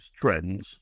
trends